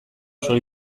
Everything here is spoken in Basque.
oso